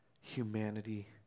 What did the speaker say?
humanity